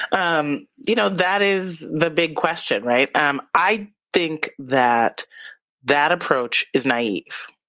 um you know that is the big question, right? um i think that that approach is naive.